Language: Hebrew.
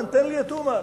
תן לי את אומן.